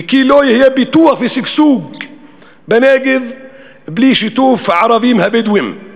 ולא יהיה פיתוח ושגשוג בנגב בלי שיתוף הערבים הבדואים.